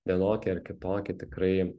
vienokį ar kitokį tikrai